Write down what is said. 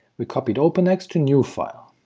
we copied openex to newfile.